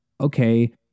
okay